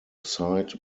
site